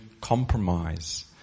compromise